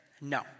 No